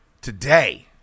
today